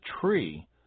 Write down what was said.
tree